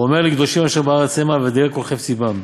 ואומר 'לקדושים אשר בארץ המה ואדירי כל חפצי בם'.